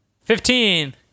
fifteen